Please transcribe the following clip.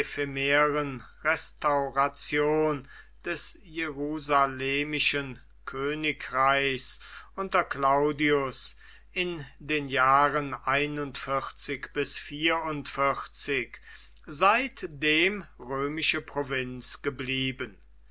ephemeren restauration des jerusalemischen königreichs unter claudius in den jahren seitdem römische provinz geblieben